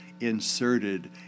inserted